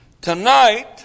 tonight